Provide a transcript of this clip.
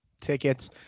tickets